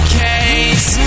case